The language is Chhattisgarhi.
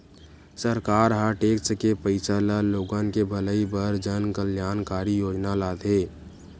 सरकार ह टेक्स के पइसा ल लोगन के भलई बर जनकल्यानकारी योजना लाथे